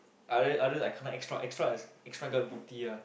otherwise I kena extra extra extra guard duty ah